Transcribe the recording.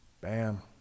Bam